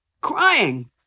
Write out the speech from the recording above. crying